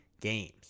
games